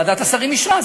ועדת השרים אישרה,